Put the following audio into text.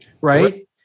right